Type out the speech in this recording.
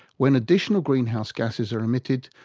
when additional green house gases are emitted,